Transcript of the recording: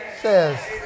Says